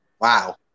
Wow